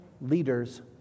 leaders